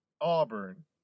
Auburn